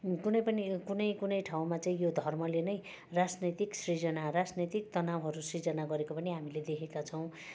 कुनै पनि कुनै कुनै ठाउँमा चाहिँ यो धर्मले नै राजनैतिक सृजना राजनैतिक तनावहरू सृजना पनि गरेको हामीले देखेका छौँ